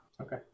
Okay